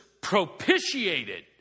propitiated